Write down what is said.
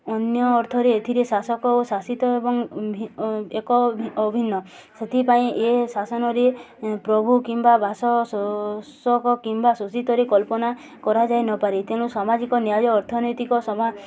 ଅନ୍ୟ ଅର୍ଥରେ ଏଥିରେ ଶାସକ ଓ ଶାସିତ ଏବଂ ଏକ ଅଭିନ୍ନ ସେଥିପାଇଁ ଏ ଶାସନରେ ପ୍ରଭୁ କିମ୍ବା ବାସ ଶୋଷକ କିମ୍ବା ଶୋଷିତରେ କଳ୍ପନା କରାଯାଇ ନପାରେ ତେଣୁ ସାମାଜିକ ନ୍ୟାୟ ଅର୍ଥନୈତିକ ସମା